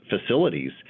facilities